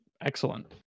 excellent